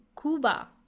Cuba